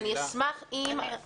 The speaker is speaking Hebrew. אשמח לשמוע ממנהלת התוכנית.